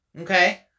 Okay